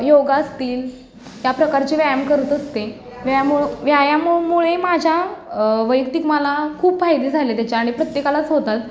योगा असतील त्या प्रकारचे व्यायाम करत असते व्यायामूळ व्यायामामुळे माझ्या वैयक्तिक मला खूप फायदे झाले त्याच्या आणि प्रत्येकालाच होतात